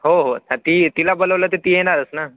हो हो आता ती तिला बोलवलं तर ती येणारच ना